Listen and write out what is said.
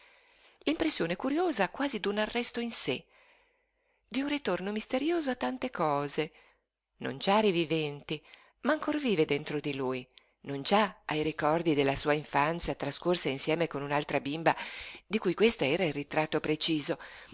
l'impressione curiosa quasi d'un arresto in sé d'un ritorno misterioso a tante cose non già riviventi ma ancor vive dentro di lui non già ai ricordi della sua infanzia trascorsa insieme con un'altra bimba di cui questa era il ritratto preciso